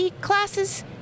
classes